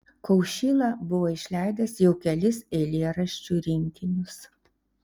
kaušyla buvo išleidęs jau kelis eilėraščių rinkinius